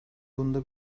bunda